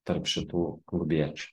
tarp šitų klubiečių